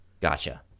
Gotcha